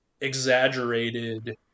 exaggerated